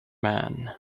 man